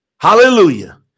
Hallelujah